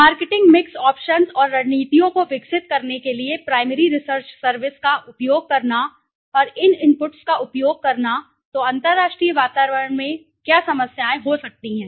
marketing mix options और रणनीतियों को विकसित करने के लिए प्राइमरी रिसर्च सर्विस का उपयोग करना और उन इनपुट्स का उपयोग करना तो अंतर्राष्ट्रीय वातावरण में क्या समस्याएं हो सकती हैं